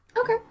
Okay